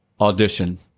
audition